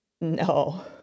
No